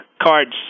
cards